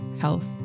health